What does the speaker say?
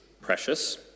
precious